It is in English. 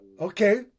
Okay